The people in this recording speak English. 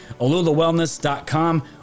AlulaWellness.com